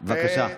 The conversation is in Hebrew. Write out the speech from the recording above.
בבקשה.